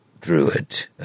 druid